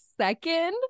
second